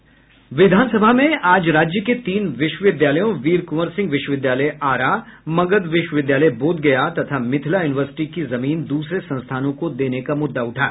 विधान सभा में आज राज्य के तीन विश्वविद्यालयों वीर कुंवर सिंह आरा मगध विश्वविद्यालय बोधगया तथा मिथिला यूनिवर्सिटी की जमीन दूसरे संस्थानों को देने का मुद्दा उठा